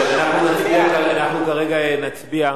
אנחנו כרגע נצביע.